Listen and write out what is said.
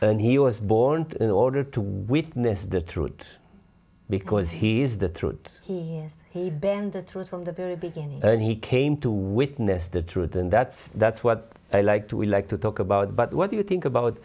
and he was born in order to witness the truth because he is the truth he is he bend the truth from the very beginning and he came to witness the truth and that's that's what i like to we like to talk about but what do you think about